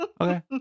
Okay